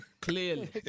Clearly